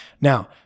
Now